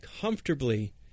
comfortably